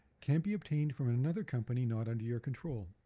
can be obtained from another company not under your control.